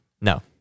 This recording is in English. No